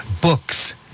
Books